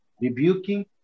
rebuking